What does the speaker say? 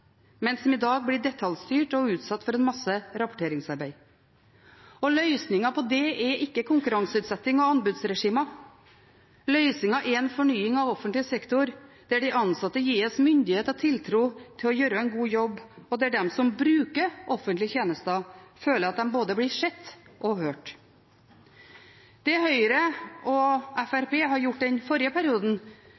men som i dag blir detaljstyrt og utsatt for en masse rapporteringsarbeid. Løsningen på det er ikke konkurranseutsetting og anbudsregimer. Løsningen er en fornying av offentlig sektor der de ansatte gis myndighet og tiltro til å gjøre en god jobb, og der de som bruker offentlige tjenester, føler at de blir både sett og hørt. Det Høyre og